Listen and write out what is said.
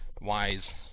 wise